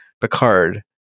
Picard